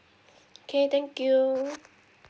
okay thank you